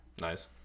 Nice